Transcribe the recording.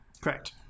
Correct